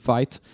Fight